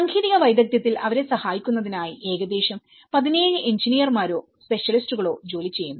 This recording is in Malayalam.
സാങ്കേതിക വൈദഗ്ധ്യത്തിൽ അവരെ സഹായിക്കുന്നതിനായി ഏകദേശം 17 എഞ്ചിനീയർമാരോ engineers സ്പെഷ്യലിസ്റ്റുകളോ ജോലി ചെയ്യുന്നു